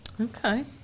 Okay